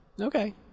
Okay